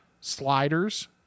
sliders